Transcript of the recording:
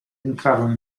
entravano